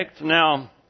Now